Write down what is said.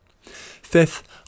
Fifth